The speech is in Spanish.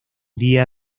día